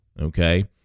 Okay